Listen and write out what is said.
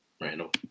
Randall